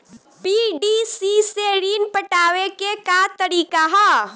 PDC से ऋण पटावे के का तरीका ह?